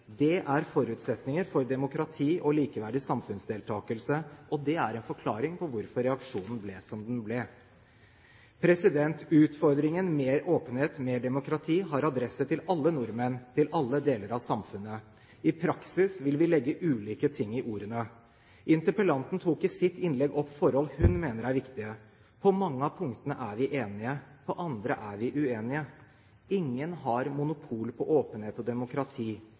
Det er forutsetninger for demokrati og likeverdig samfunnsdeltakelse, og det er en forklaring på hvorfor reaksjonen ble som den ble. Utfordringen – mer åpenhet, mer demokrati – har adresse til alle nordmenn, til alle deler av samfunnet. I praksis vil vi legge ulike ting i ordene. Interpellanten tok i sitt innlegg opp forhold hun mener er viktige. Mange av punktene er vi enige om, andre er vi uenige om. Ingen har monopol på åpenhet og demokrati.